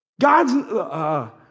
God's